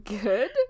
good